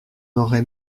aurait